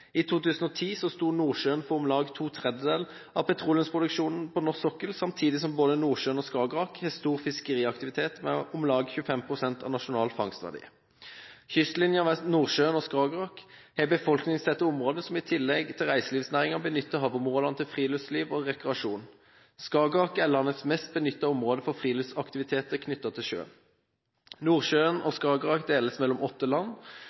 I 2010 sto Nordsjøen for om lag to tredjedeler av petroleumsproduksjonen på norsk sokkel, samtidig som både Nordsjøen og Skagerrak har stor fiskeriaktivitet med om lag 25 pst. av nasjonal fangstverdi. Kystlinjen ved Nordsjøen og Skagerrak har befolkningstette områder, en befolkning som i tillegg til reiselivsnæringen benytter havområdene til friluftsliv og rekreasjon. Skagerrak er landets mest benyttede område for friluftsaktiviteter knyttet til sjø. Nordsjøen og Skagerrak deles mellom åtte land,